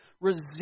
Resist